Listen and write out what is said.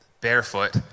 barefoot